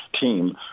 team